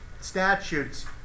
statutes